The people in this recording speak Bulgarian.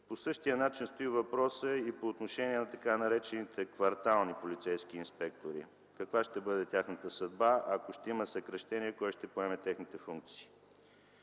По същия начин стои въпросът и по отношение на така наречените квартални полицейски инспектори – каква ще бъде тяхната съдба и ако има съкращения, кой ще поеме техните функции?